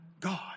God